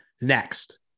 Next